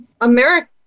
america